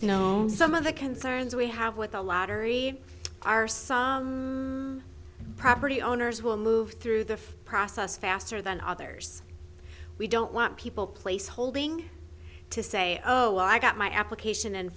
you know some of the concerns we have with the lottery are some property owners will move through the process faster than others we don't want people place holding to say oh i got my application and